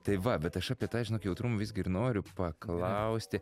tai va bet aš apie tą žinok jautrumą visgi ir noriu paklausti